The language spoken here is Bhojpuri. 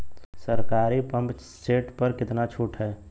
सरकारी पंप सेट प कितना छूट हैं?